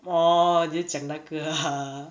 orh 你在讲那个 ah